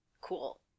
Cool